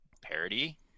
parody